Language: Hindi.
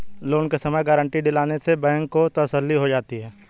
लोन के समय गारंटी दिलवाने से बैंक को तसल्ली हो जाती है